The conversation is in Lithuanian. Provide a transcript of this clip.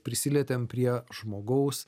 prisilietėm prie žmogaus